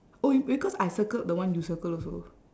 oh you because I circled the one you circle also